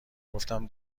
گفتم